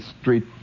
Street